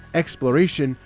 exploration,